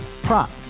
Prop